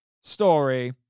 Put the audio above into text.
story